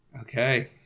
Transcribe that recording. Okay